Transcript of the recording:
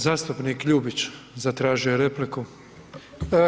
Zastupnik Ljubić zatražio je repliku.